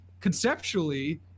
conceptually